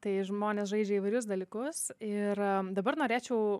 tai žmonės žaidžia įvairius dalykus ir dabar norėčiau